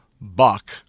Buck